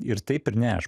ir taip ir ne aš